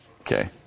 Okay